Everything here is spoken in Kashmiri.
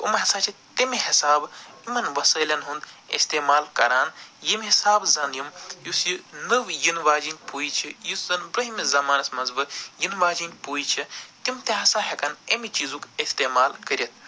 تہٕ اُمۍ ہسا چھِ تمہِ حِساب یِمن وَسٲیلن ہُنٛد اِستعمال کَران یِمہِ حِساب زن یِم یُس یہِ نٔو یِنہِ واجِنۍ پویہ چھِ یُس زن برٛونٛہمِس زمانس منٛز وٕ یِنہِ واجِنۍ پویہ چھِ تِم تہِ ہسا ہٮ۪کنا یٚمہِ چیٖزُک استعمال کٔرِتھ